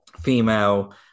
female